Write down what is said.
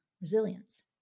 resilience